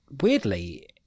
weirdly